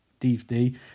DVD